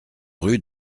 rue